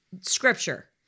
scripture